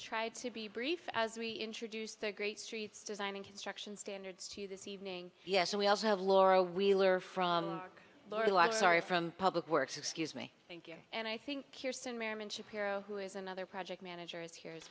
try to be brief as we introduce the great streets designing construction standards to this evening yes and we also have laura wheeler from work lorillard sorry from public works excuse me thank you and i think shapiro who is another project manager is here as